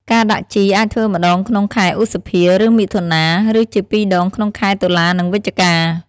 ការដាក់ជីអាចធ្វើម្តងក្នុងខែឧសភាឬមិថុនា ឬជាពីរដងក្នុងខែតុលានិងវិច្ឆិកា។